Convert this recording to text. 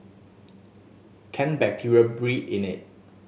can bacteria breed in it